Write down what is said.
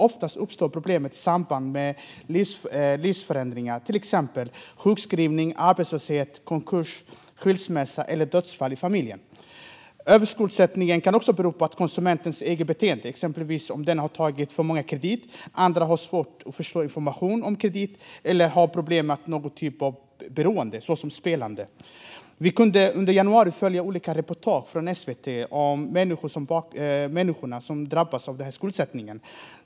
Oftast uppstår problemen i samband med livsförändringar, till exempel sjukskrivning, arbetslöshet, konkurs, skilsmässa eller dödsfall i familjen. Överskuldsättningen kan också bero på konsumenternas eget beteende, exempelvis om de har tagit för många krediter. Andra har svårt att förstå information om krediter eller har problem med någon typ av beroende såsom spelande. Vi kunde under januari följa olika reportage från SVT om människor som drabbats av den här skuldsättningen.